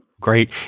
Great